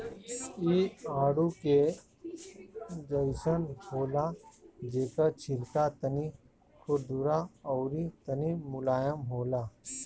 इ आडू के जइसन होला जेकर छिलका तनी खुरदुरा अउरी तनी मुलायम होला